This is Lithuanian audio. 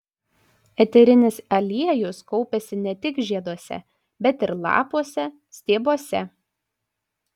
eterinis aliejus kaupiasi ne tik žieduose bet ir lapuose stiebuose